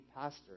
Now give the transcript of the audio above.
pastor